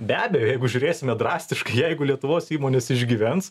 be abejo jeigu žiūrėsime drastiškai jeigu lietuvos įmonės išgyvens